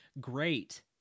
great